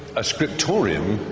a scriptorium,